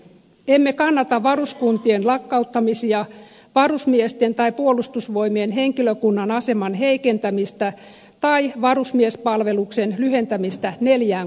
emme kannata varuskuntien lakkauttamisia varusmiesten tai puolustusvoimien henkilökunnan aseman heikentämistä tai varusmiespalveluksen lyhentämistä neljään kuukauteen